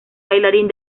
bailarín